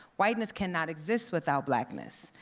whiteness cannot exist without blackness,